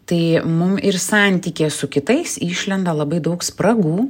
tai mum ir santykyje su kitais išlenda labai daug spragų